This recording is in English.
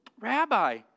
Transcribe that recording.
Rabbi